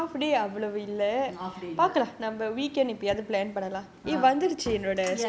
half day ya